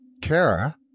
Kara